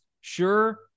Sure